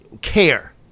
care